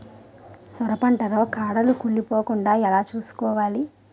సొర పంట లో కాడలు కుళ్ళి పోకుండా ఎలా చూసుకోవాలి?